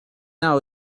now